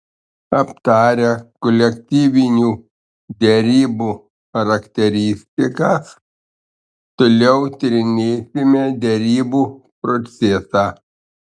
aptarę kolektyvinių derybų charakteristikas toliau tyrinėsime derybų procesą